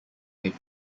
they